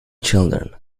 children